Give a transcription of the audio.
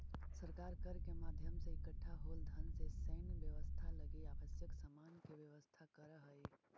सरकार कर के माध्यम से इकट्ठा होल धन से सैन्य व्यवस्था लगी आवश्यक सामान के व्यवस्था करऽ हई